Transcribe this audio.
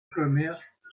commerces